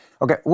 Okay